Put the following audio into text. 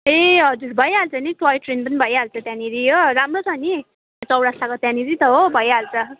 ए हजुर भइहाल्छ नि टोय ट्रेन पनि भइहाल्छ त्यहाँनेर हो राम्रो छ नि चौरस्ताको त्यहाँनिर त हो भइहाल्छ